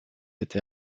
été